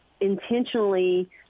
intentionally